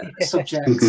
subject